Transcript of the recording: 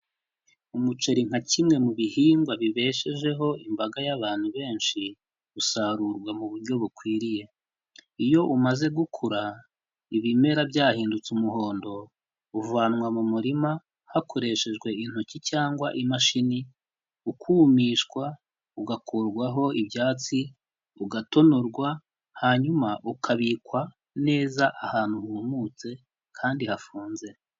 Umuceri nka kimwe mu bihingwa bibeshejeho imbaga y'abantu benshi, usarurwa mu buryo bukwiriye. Iyo umaze gukura ibimera byahindutse umuhondo, uvanwa mu murima hakoreshejwe intoki cyangwa imashini, ukumishwa, ugakurwaho ibyatsi, ugatonorwa, hanyuma ukabikwa neza ahantu humutse kandi hafunze.